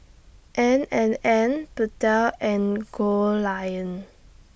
N and N Pentel and Goldlion